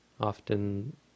often